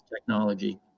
technology